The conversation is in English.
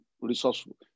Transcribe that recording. resourceful